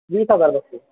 वीस हजार bus fee